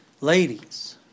Ladies